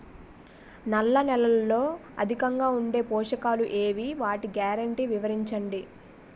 నల్ల నేలలో అధికంగా ఉండే పోషకాలు ఏవి? వాటి గ్యారంటీ వివరించండి?